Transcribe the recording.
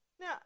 Now